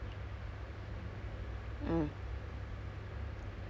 a luxury ah I feel no anyway the games not out yet what for P_S five